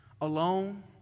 alone